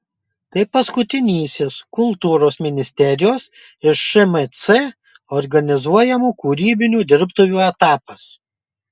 tai paskutinysis kultūros ministerijos ir šmc organizuojamų kūrybinių dirbtuvių etapas